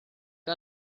got